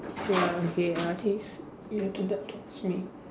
ya okay I think is you have to d~ to ask me